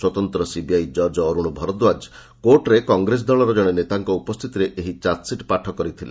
ସ୍ୱତନ୍ତ ସିବିଆଇ ଜଜ୍ ଅରୁଣ ଭରଦ୍ୱାକ୍ କୋର୍ଟରେ କଂଗ୍ରେସ ଦଳର ଜଣେ ନେତାଙ୍କ ଉପସ୍ଥିତିରେ ଏହି ଚାର୍ଚ୍ଚସିଟ୍ ପାଠ କରିଥିଲେ